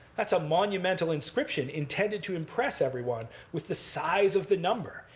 that's a monumental inscription intended to impress everyone with the size of the number.